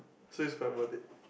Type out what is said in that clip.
so it's quite worth it